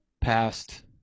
past